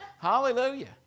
Hallelujah